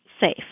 safe